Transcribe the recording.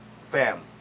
family